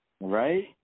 Right